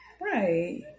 Right